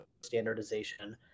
standardization